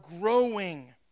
growing